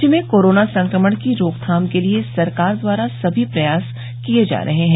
राज्य में कोरोना संक्रमण की रोकथाम के लिये सरकार द्वारा सभी प्रयास किये जा रहे हैं